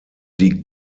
die